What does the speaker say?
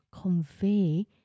convey